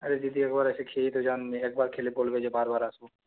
আরে দিদি একবার এসে খেয়ে তো যান একবার খেলে বলবেন যে বারবার আসবো